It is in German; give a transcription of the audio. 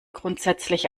grundsätzlich